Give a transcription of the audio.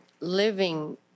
living